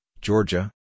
Georgia